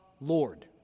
Lord